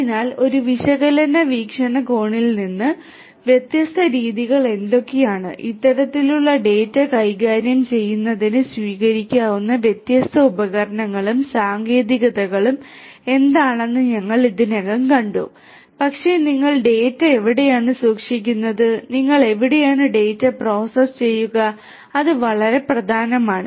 അതിനാൽ ഒരു വിശകലന വീക്ഷണകോണിൽ നിന്ന് വ്യത്യസ്ത രീതികൾ എന്തൊക്കെയാണ് ഇത്തരത്തിലുള്ള ഡാറ്റ കൈകാര്യം ചെയ്യുന്നതിന് സ്വീകരിക്കാവുന്ന വ്യത്യസ്ത ഉപകരണങ്ങളും സാങ്കേതികതകളും എന്താണെന്ന് ഞങ്ങൾ ഇതിനകം കണ്ടു പക്ഷേ നിങ്ങൾ ഡാറ്റ എവിടെയാണ് സൂക്ഷിക്കുന്നത് നിങ്ങൾ എവിടെയാണ് ഡാറ്റ പ്രോസസ്സ് ചെയ്യുക അത് വളരെ പ്രധാനമാണ്